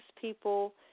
people